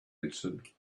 answered